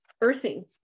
Earthing